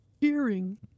hearing